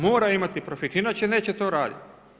Mora imati profit inače neće to raditi.